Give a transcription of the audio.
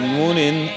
morning